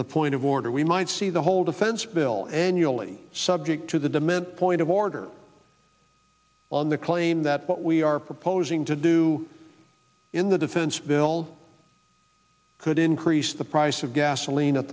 he point of order we might see the whole defense bill annually subject to the demand point of order on the claim that what we are proposing to do in the defense bill could increase the price of gasoline at